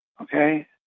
okay